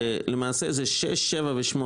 למעשה זה 6, 7, ו-8.